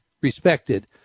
respected